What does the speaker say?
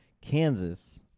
Kansas